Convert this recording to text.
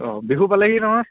অ' বিহু পালেহি নহয়